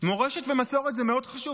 מורשת ומסורת זה מאוד חשוב,